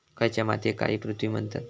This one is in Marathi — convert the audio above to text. खयच्या मातीयेक काळी पृथ्वी म्हणतत?